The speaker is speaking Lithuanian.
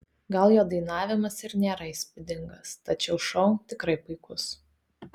gal jo dainavimas ir nėra įspūdingas tačiau šou tikrai puikus